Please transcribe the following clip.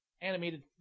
animated